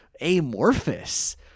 amorphous